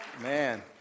man